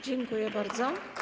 Dziękuję bardzo.